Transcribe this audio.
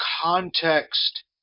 context